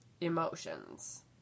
emotions